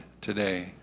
today